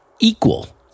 equal